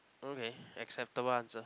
okay acceptable answer